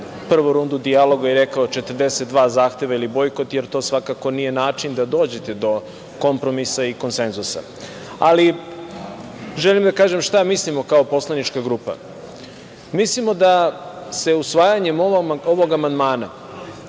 prvu rundu dijalog i rekao – 42 zahteva ili bojkot, jer to svakako nije način da dođete do kompromisa i konsenzusa. Želim da kažem šta mislimo kao poslanička grupa. Mislimo da se usvajanjem ovog amandmana